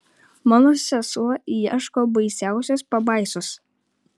mano sesuo ieško baisiausios pabaisos